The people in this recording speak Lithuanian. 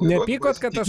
nepykot kad aš